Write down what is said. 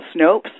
Snopes